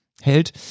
hält